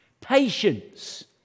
Patience